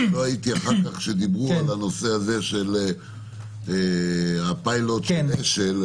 כי לא הייתי אחר כך כשדיברו על הנושא הזה של הפיילוט של אשל.